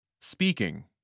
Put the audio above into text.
Speaking